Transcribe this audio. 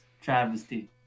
travesty